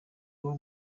uwo